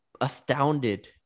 astounded